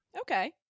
Okay